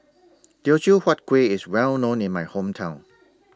Teochew Huat Kuih IS Well known in My Hometown